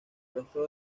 rostro